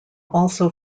also